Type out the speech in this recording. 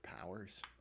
powers